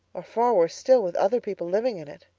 or far worse still, with other people living in it.